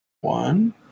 one